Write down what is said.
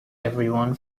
everyone